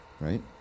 right